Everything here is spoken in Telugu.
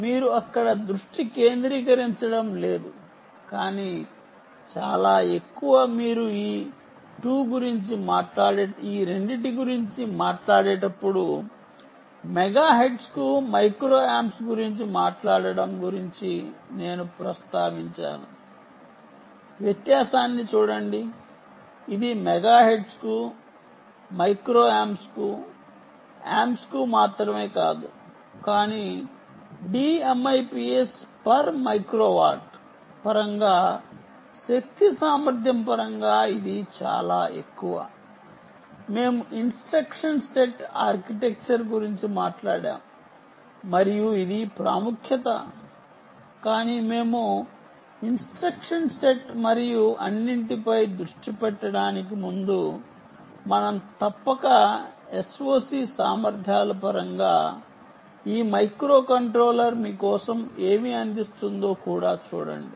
మీరు అక్కడ దృష్టి కేంద్రీకరించడం లేదు కానీ చాలా ఎక్కువ మీరు ఈ 2 గురించి మాట్లాడేటప్పుడు మెగాహెర్ట్జ్కు మైక్రో ఆంప్స్ గురించి మాట్లాడటం గురించి నేను ప్రస్తావించాను వ్యత్యాసాన్ని చూడండి ఇది మెగాహెర్ట్జ్కు మైక్రో ఆంప్స్కు ఆంప్స్కు మాత్రమే కాదు కానీ DMIPS per మైక్రో వాట్ పరంగా శక్తి సామర్థ్యం పరంగా ఇది చాలా ఎక్కువ మేము ఇన్స్ట్రక్షన్ సెట్ ఆర్కిటెక్చర్ గురించి మాట్లాడాము మరియు ఇది ప్రాముఖ్యత కానీ మేము ఇన్స్ట్రక్షన్ సెట్ మరియు అన్నింటిపై దృష్టి పెట్టడానికి ముందు మనం తప్పక SOC సామర్థ్యాలు పరంగా ఈ మైక్రోకంట్రోలర్ మీ కోసం ఏమి అందిస్తుందో కూడా చూడండి